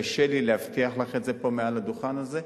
קשה לי להבטיח לך את זה פה מעל הדוכן הזה.